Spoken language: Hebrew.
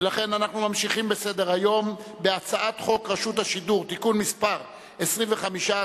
ולכן אנחנו ממשיכים בהצעת חוק רשות השידור (תיקון מס' 25),